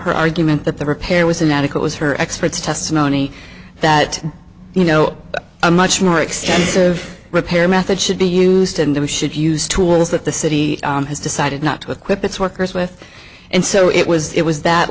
her argument that the repair was inadequate was her experts testimony that you know a much more extensive repair method should be used and we should use tools that the city has decided not to equip its workers with and so it was it was that